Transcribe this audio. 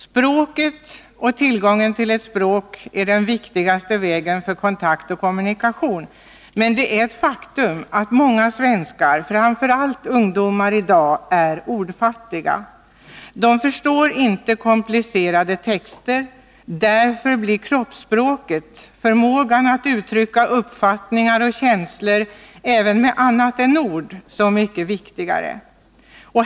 Språket och tillgången till ett språk är den viktigaste vägen för kontakt och kommunikation. Men det är ett faktum att många svenskar, framför allt ungdomar, i dag är ordfattiga. De förstår inte komplicerade texter. Därför blir kroppsspråket, förmågan att uttrycka uppfattningar och känslor även med annat än ord, så mycket viktigare.